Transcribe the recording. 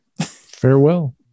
Farewell